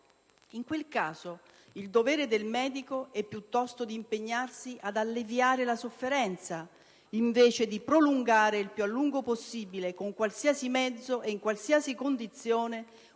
In quel caso il dovere del medico è piuttosto di impegnarsi ad alleviare la sofferenza, invece di prolungare il più a lungo possibile, con qualsiasi mezzo ed in qualsiasi condizione,